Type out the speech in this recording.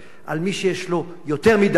על מי שיש לו יותר מדי,